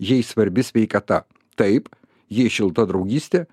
jei svarbi sveikata taip jei šilta draugystė